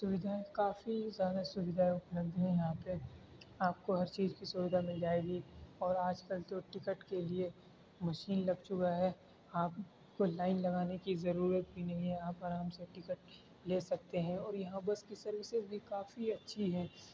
سویدھائیں کافی زیادہ سویدھائیں اپلبھد ہیں یہاں پہ آپ کو ہر چیز کی سویدھا مل جائے گی اور آج کل تو ٹکٹ کے لئے مشین لگ چکا ہے آپ کو لائن لگانے کی ضرورت بھی نہیں ہے آپ آرام سے ٹکٹ لے سکتے ہیں اور یہاں بس کی سروسز بھی کافی اچھی ہیں